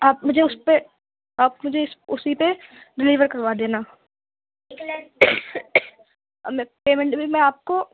آپ مجھے اس پہ آپ مجھے اسی پہ ڈلیور کروا دینا اور میں پیمینٹ بھی میں آپ کو